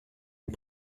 und